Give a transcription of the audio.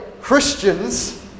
Christians